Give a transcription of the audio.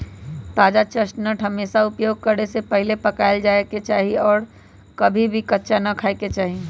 ताजा चेस्टनट हमेशा उपयोग करे से पहले पकावल जाये के चाहि और कभी भी कच्चा ना खाय के चाहि